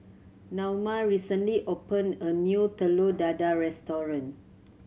Naoma recently opened a new Telur Dadah restaurant